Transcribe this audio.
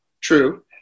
True